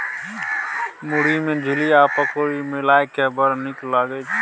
मुरही मे झिलिया आ पकौड़ी मिलाकए बड़ नीक लागय छै